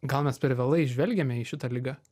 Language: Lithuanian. gal mes per vėlai žvelgiame į šitą ligą